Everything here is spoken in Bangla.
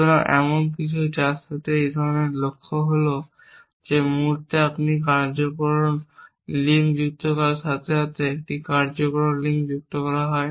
সুতরাং এমন কিছু যার সাথে এক ধরনের লক্ষ্য হল যে মুহূর্তে আপনি একটি কার্যকারণ লিঙ্ক যুক্ত করার সাথে সাথে এটি একটি কার্যকারণ লিঙ্ক যুক্ত করা হয়